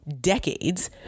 decades